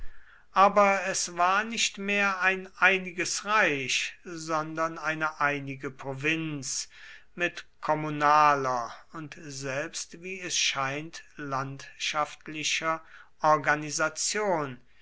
aber es war nicht mehr ein einiges reich sondern eine einige provinz mit kommunaler und selbst wie es scheint landschaftlicher organisation